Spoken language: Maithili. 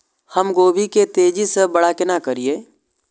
हम गोभी के तेजी से बड़ा केना करिए?